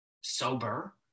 sober